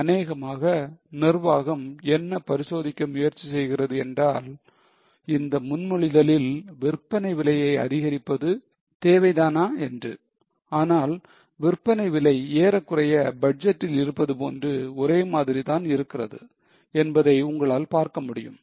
அனேகமாக நிர்வாகம் என்ன பரிசோதிக்க முயற்சி செய்கிறது என்றால் இந்த முன்மொழிதலில் விற்பனை விலையை அதிகரிப்பது தேவைதானா என்று ஆனால் விற்பனை விலை ஏறக்குறைய பட்ஜெட்டில் இருப்பது போன்று ஒரே மாதிரிதான் இருக்கிறது என்பதை உங்களால் பார்க்க முடியும்